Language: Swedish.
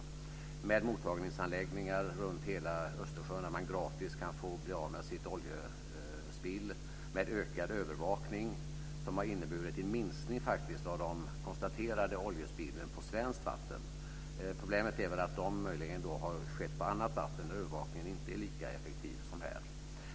Det finns mottagningsanläggningar runt hela Östersjön där det går att gratis bli av med sitt oljespill. Det är ökad övervakning, som har inneburit en minskning av de konstaterade oljespillen på svenskt vatten. Problemet är att de möjligen har skett på annat vatten där övervakningen inte är lika effektiv som här.